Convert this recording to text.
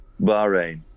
Bahrain